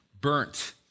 burnt